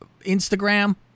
Instagram